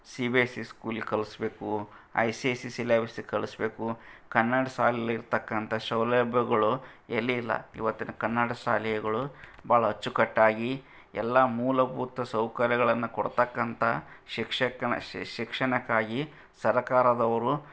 C B S C ಸ್ಕೂಲಿಗೆ ಕಳಿಸಬೇಕು I C I C ಸಿಲೆಬಸ್ಸಿಗೆ ಕಳಿಸ್ಬೇಕು ಕನ್ನಡ ಶಾಲೆಲ್ಲಿರ್ತಕ್ಕಂಥ ಸೌಲಭ್ಯಗಳು ಎಲ್ಲಿ ಇಲ್ಲ ಇವತ್ತಿನ ಕನ್ನಡ ಶಾಲೆಗಳು ಭಾಳ ಅಚ್ಚುಕಟ್ಟಾಗಿ ಎಲ್ಲಾ ಮೂಲಭೂತ ಸೌಕರ್ಯಗಳನ್ನು ಕೊಡ್ತಕ್ಕಂಥ ಶಿಕ್ಷಕನ ಶಿಕ್ಷಣಕ್ಕಾಗಿ ಸರಕಾರದವರು